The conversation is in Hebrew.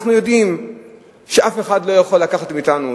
אנחנו יודעים שאף אחד לא יכול לקחת מאתנו,